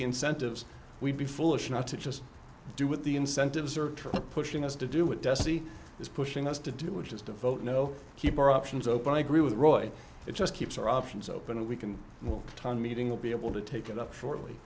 the incentives we'd be foolish not to just do with the incentives are pushing us to do what dessie is pushing us to do which is to vote no keep our options open i agree with roy it just keeps our options open and we can all time meeting will be able to take it up shortly